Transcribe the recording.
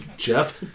Jeff